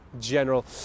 general